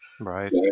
Right